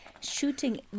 shooting